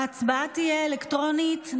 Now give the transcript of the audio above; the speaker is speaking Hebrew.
ההצבעה תהיה אלקטרונית.